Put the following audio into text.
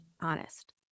honest